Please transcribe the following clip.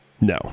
No